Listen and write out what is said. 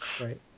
Right